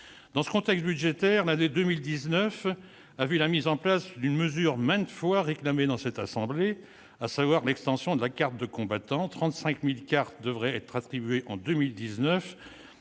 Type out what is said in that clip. Dans ce contexte budgétaire, l'année 2019 a vu la mise en place d'une mesure maintes fois réclamée, elle aussi, dans cette assemblée, à savoir l'extension de la carte du combattant : 35 000 cartes devraient être attribuées en 2019.